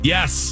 Yes